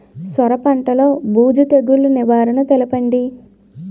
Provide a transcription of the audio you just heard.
సొర పంటలో బూజు తెగులు నివారణ తెలపండి?